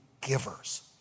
givers